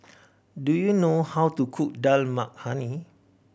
do you know how to cook Dal Makhani